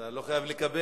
אתה לא חייב לקבל.